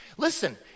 Listen